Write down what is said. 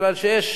בגלל שיש